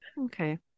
Okay